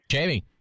Jamie